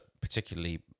particularly